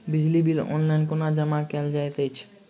बिजली bill online कोना जमा कएल जाइत अछि?